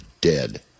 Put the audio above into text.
dead